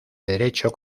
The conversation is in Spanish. derecho